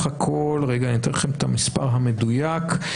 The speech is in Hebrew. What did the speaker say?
אני אתן לכם את המספר המדויק,